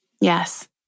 Yes